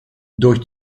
durch